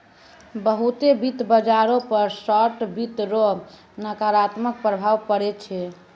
बहुते वित्त बाजारो पर शार्ट वित्त रो नकारात्मक प्रभाव पड़ै छै